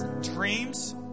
dreams